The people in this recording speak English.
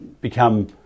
become